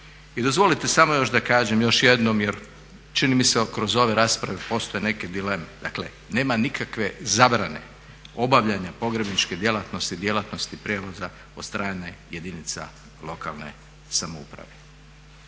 I dozvolite samo još da kažem još jednom jer čini mi se kroz ove rasprave postoje neke dileme. Dakle, nema nikakve zabrane obavljanja pogrebničke djelatnosti, djelatnosti prijevoza od strane jedinica lokalne samouprave.